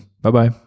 Bye-bye